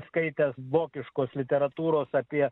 skaitęs vokiškos literatūros apie